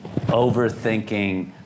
overthinking